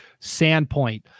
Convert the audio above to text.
Sandpoint